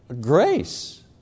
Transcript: Grace